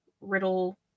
Riddle